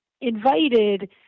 invited